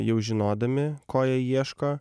jau žinodami ko jie ieško